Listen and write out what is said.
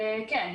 כן.